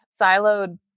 siloed